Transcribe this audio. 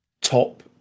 top